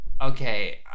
okay